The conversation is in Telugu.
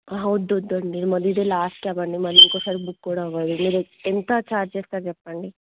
వద్దుదండి మాది ఇదే లాస్ట్ క్యాబ్ అండి మరి ఇంకొకసారి బుక్ కూడా అవ్వదు మీరు ఎంత ఛార్జ్ చేస్తారు చెప్పండి